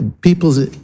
people's